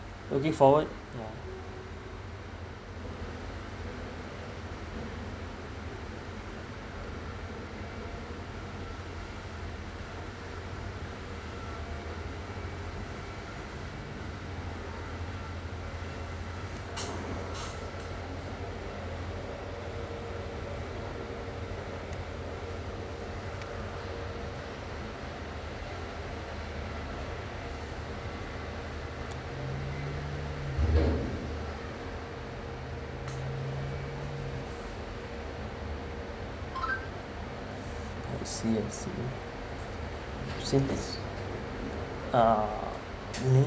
looking forward I see I see uh mmhmm